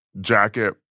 jacket